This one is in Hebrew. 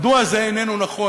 מדוע זה איננו נכון?